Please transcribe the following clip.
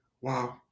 Wow